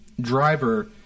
driver